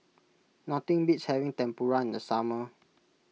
nothing beats having Tempura in the summer